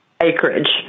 acreage